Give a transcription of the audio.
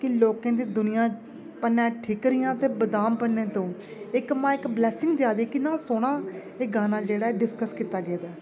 कि लोकें दी दुनियां भन्नै ठीकरियां ते बदाम भन्नै तूं इक मां इक बलैसिंग देआ दी कि किन्ना सोह्ना एह् गाना जेह्ड़ा डिस्किस कीता गेदा ऐ